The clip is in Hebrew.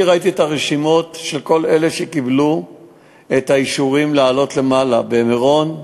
אני ראיתי את הרשימות של כל אלה שקיבלו את האישורים לעלות למעלה במירון,